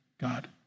God